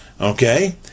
okay